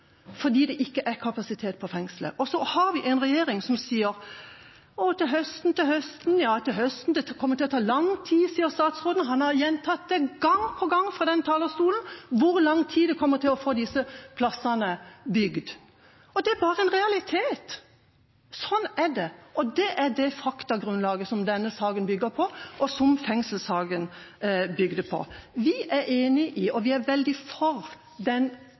fordi det ikke er kapasitet i fengselet. Men vi har en regjering som sier: Til høsten, til høsten. Det kommer til å ta lang tid, sier statsråden. Han har gjentatt gang på gang fra denne talerstolen hvor lang tid det kommer til å ta å få disse plassene bygd. Og det er en realitet – sånn er det. Det er det faktagrunnlaget denne saken bygger på, og som fengselssaken bygde på. Vi er veldig glade for den politiske enigheten i komiteen på dette punktet når det gjelder å få ned antall oversittinger. Vi